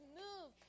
move